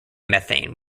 methane